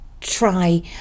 try